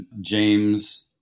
James